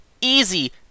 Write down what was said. easy